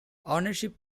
ownership